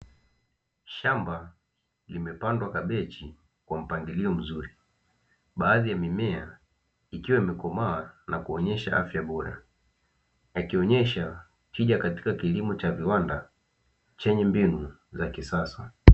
Shamba limepandwa kabeji kwa mpangilio mzuri, baadhi ya mimea ikiwa imekomaa na kuonesha afya bora, yakionyesha tija katika kilimo cha viwanda chenye mbinu za kisasa.